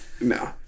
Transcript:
No